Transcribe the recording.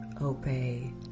obey